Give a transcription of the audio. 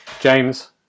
James